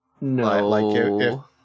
No